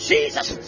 Jesus